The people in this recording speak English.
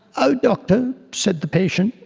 oh doctor said the patient,